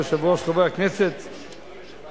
הבעיה היא בשומעים, לא בדוברים.